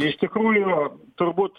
iš tikrųjų turbūt